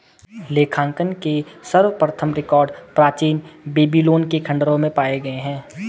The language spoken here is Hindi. लेखांकन के सर्वप्रथम रिकॉर्ड प्राचीन बेबीलोन के खंडहरों में पाए गए हैं